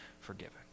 forgiven